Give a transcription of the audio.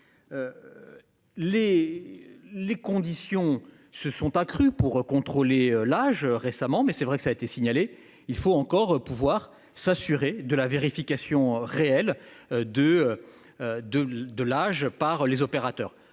les conditions se sont accrues pour contrôler l'âge récemment mais c'est vrai que ça a été signalé. Il faut encore pouvoir s'assurer de la vérification réel de. De, de l'âge par les opérateurs.